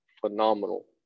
phenomenal